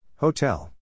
Hotel